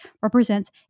represents